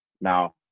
Now